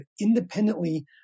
independently